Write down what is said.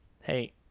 hey